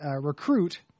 recruit